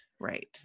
right